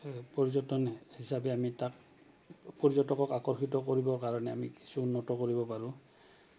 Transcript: পৰ্যটন হিচাপে আমি তাক পৰ্যটকক আকৰ্ষিত কৰিবৰ কাৰণে আমি কিছু উন্নত কৰিব পাৰোঁ